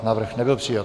Návrh nebyl přijat.